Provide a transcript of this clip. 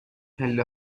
پله